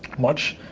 much,